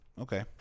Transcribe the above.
okay